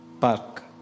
Park